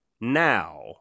Now